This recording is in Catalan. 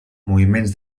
moviments